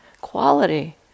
quality